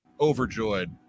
overjoyed